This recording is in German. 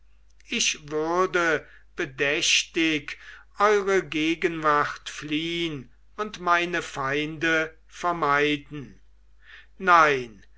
ich würde bedächtig eure gegenwart fliehn und meine feinde vermeiden nein